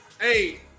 Hey